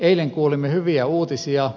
eilen kuulimme hyviä uutisia